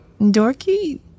Dorky